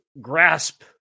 grasp